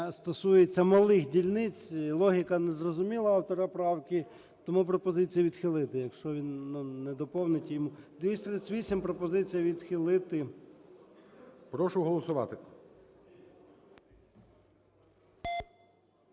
стосується малих дільниць, логіка незрозуміла автора правки, тому пропозиція відхилити, якщо він не доповнить, 238, пропозиція – відхилити. ГОЛОВУЮЧИЙ. Прошу голосувати.